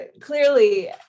clearly